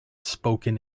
spoken